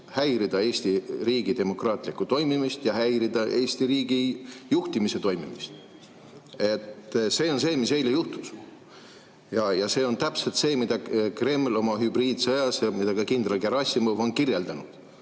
häiritakse Eesti riigi demokraatlikku toimimist ja häiritakse Eesti riigi juhtimise toimimist. See on see, mis eile juhtus. Ja see on täpselt see, mida Kreml oma hübriidsõjas [soovib] ja mida ka kindral Gerassimov on kirjeldanud.